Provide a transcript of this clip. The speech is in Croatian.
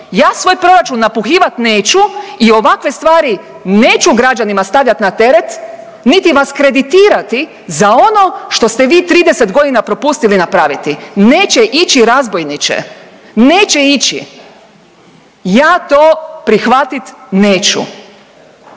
Ja svoj proračun napuhivat neću i ovakve stvari neću građanima stavljat na teret, niti vas kreditirati za ono što ste vi 30.g. propustili napraviti, neće ići razbojniče, neće ići, ja to prihvatit neću,